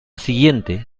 siguiente